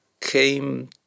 came